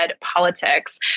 politics